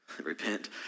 Repent